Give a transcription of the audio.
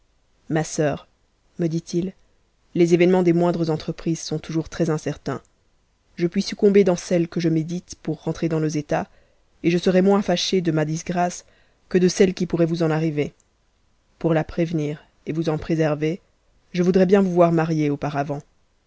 ma sœur me dit-il les événements des moindres entreprises sont toujours très incertains je puis succomber tacs celle que je médite pour rentrer dans nos états et je serais moins schë de ma disgrâce que de celle qui pourrait vous en arriver pour la prévenir et vous en préserver je voudrais bien vous voir mariée auparavant